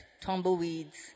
Tumbleweeds